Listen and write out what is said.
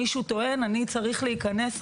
מישהו טוען: אני צריך להיכנס,